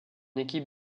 équipe